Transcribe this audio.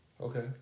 Okay